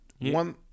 one